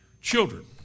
children